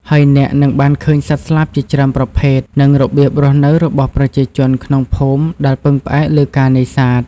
ហើយអ្នកនឹងបានឃើញសត្វស្លាបជាច្រើនប្រភេទ និងរបៀបរស់នៅរបស់ប្រជាជនក្នុងភូមិដែលពឹងផ្អែកលើការនេសាទ។